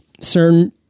certain